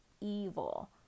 evil